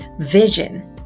vision